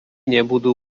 nebudú